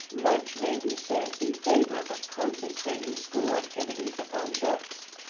much may be said in favor of concentrating school activity upon books.